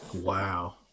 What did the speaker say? Wow